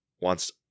wants